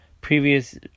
previous